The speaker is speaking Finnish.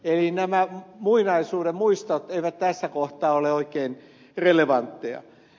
eli nämä muinaisuuden muistot eivät tässä kohtaa ole oikein relevantteja